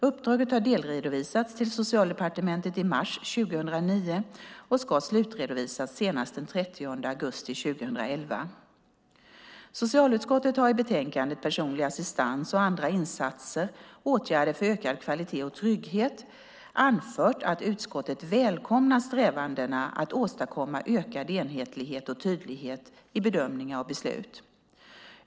Uppdraget har delredovisats till Socialdepartementet i mars 2009 och ska slutredovisas senast den 30 augusti 2011. Socialutskottet har i betänkandet Personlig assistans och andra insatser - åtgärder för ökad kvalitet och trygghet anfört att utskottet välkomnar strävandena att åstadkomma ökad enhetlighet och tydlighet i bedömningar och beslut.